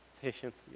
patience